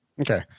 Okay